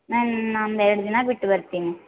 ma'am ಒಂದು ಎರಡು ದಿನ ಬಿಟ್ಟು ಬರ್ತೀನಿ